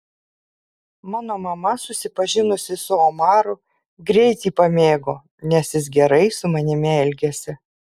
mano mama susipažinusi su omaru greit jį pamėgo nes jis gerai su manimi elgėsi